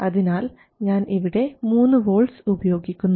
അതിനാൽ ഞാൻ ഇവിടെ 3 വോൾട്ട്സ് ഉപയോഗിക്കുന്നു